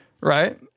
right